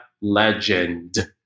Legend